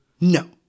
No